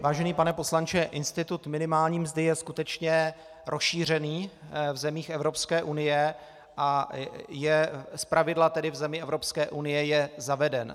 Vážený pane poslanče, institut minimální mzdy je skutečně rozšířený v zemích Evropské unie a zpravidla v zemích Evropské unie je zaveden.